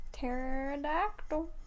Pterodactyl